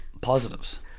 positives